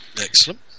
excellent